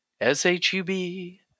S-H-U-B